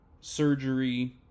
surgery